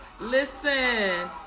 Listen